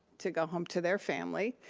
to go home to their family,